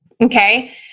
Okay